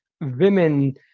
women